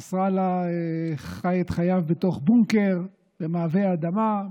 נסראללה חי את חייו בתוך בונקר במעבה האדמה,